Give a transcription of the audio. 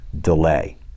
delay